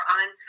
on